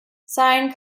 sine